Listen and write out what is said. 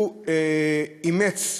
הוא אימץ ילד,